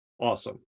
awesome